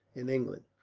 in england.